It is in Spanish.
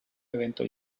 evento